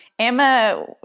emma